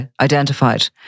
identified